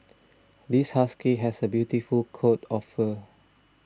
this husky has a beautiful coat of fur